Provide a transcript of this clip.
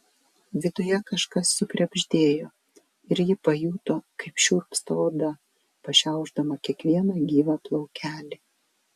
viduje kažkas sukrebždėjo ir ji pajuto kaip šiurpsta oda pašiaušdama kiekvieną gyvą plaukelį